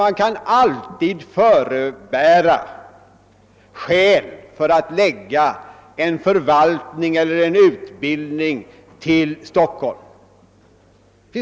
Man kan alltid förebära skäl för att förlägga en förvaltning eller en utbildning till Stockholm.